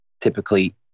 typically